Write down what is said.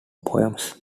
poems